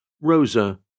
Rosa